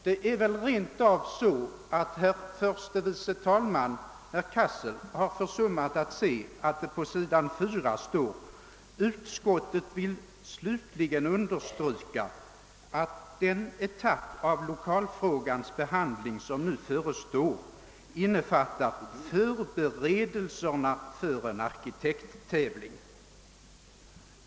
Det är väl rent av så att herr andre vice talmannen har försummat att se vad som står på sidan 4 i utskottsutlåtandet: »Utskottet vill slutligen understryka att den etapp av lokalfrågans behandling som nu förestår innefattar förberedelserna för en arkitekttävling».